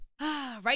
Right